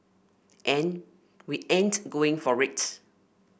and we ain't going for it